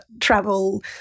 travel